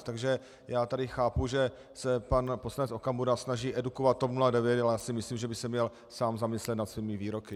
Takže já tady chápu, že se pan poslanec Okamura snaží edukovat TOP 09, ale já myslím, že by se měl sám zamyslet nad svými výroky.